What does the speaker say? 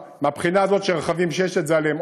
מהבחינה הזאת שרכבים שיש את זה עליהם,